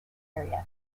area